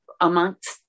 amongst